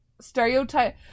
stereotype